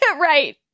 Right